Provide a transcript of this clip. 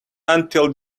until